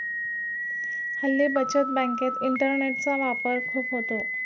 हल्ली बचत बँकेत इंटरनेटचा वापर खूप होतो